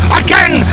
again